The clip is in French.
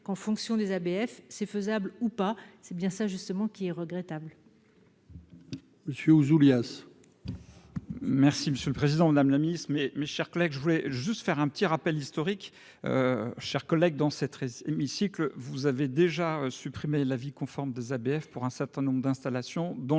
qu'en fonction des ABF c'est faisable ou pas, c'est bien ça justement qui est regrettable.